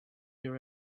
your